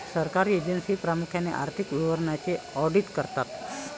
सरकारी एजन्सी प्रामुख्याने आर्थिक विवरणांचे ऑडिट करतात